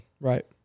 Right